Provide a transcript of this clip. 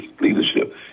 leadership